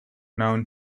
known